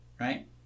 Right